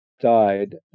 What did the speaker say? Died